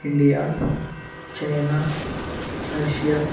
India China Russia